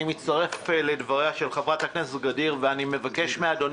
אני מצטרף לדבריה של חברת הכנסת ע'דיר כמאל מריח